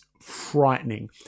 frightening